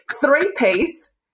three-piece